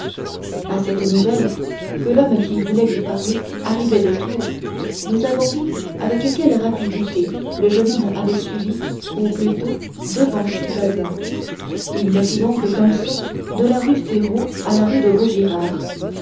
à cette nouvelle que l'homme qui voulait lui parler arrivait de tours nous avons vu avec quelle rapidité le jeune homme avait suivi ou plutôt devancé bazin il ne fit donc qu'un saut de la rue férou à la rue de vaugirard